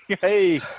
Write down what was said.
Hey